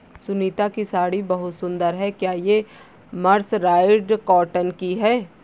सुनीता की साड़ी बहुत सुंदर है, क्या ये मर्सराइज्ड कॉटन की है?